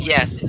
Yes